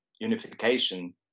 unification